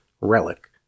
Relic